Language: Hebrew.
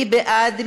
מי בעד?